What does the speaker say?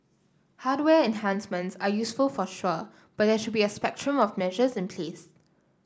hardware enhancements are useful for sure but there should be a spectrum of measures in place